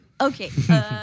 Okay